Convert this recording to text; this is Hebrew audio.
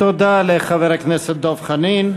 תודה לחבר הכנסת דב חנין.